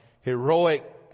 heroic